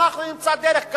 אנחנו נמצא דרך,